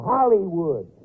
Hollywood